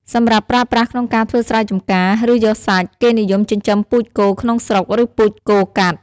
សម្រាប់ប្រើប្រាស់ក្នុងការធ្វើស្រែចំការ ឬយកសាច់ គេនិយមចិញ្ចឹមពូជគោក្នុងស្រុក ឬពូជគោកាត់។